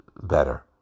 better